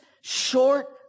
short